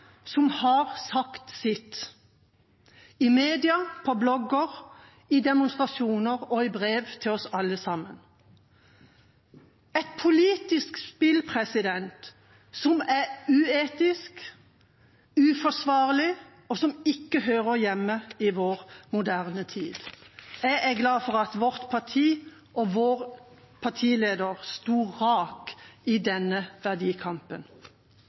som har sagt sitt i mediene, på blogger, i demonstrasjoner og i brev til oss alle sammen. Det er et politisk spill som er uetisk, uforsvarlig og ikke hører hjemme i vår moderne tid. Jeg er glad for at vårt parti og vår partileder sto rak i denne verdikampen.